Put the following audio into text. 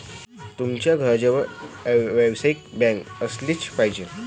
तुमच्या घराजवळ व्यावसायिक बँक असलीच पाहिजे